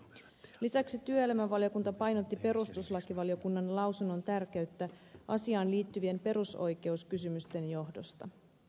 lisäksi työelämävaliokunta painotti perustuslakivaliokunnan lausunnon tärkeyttä asiaan liittyvien perusoikeuskysymysten johdosta